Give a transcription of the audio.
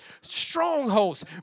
strongholds